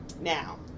Now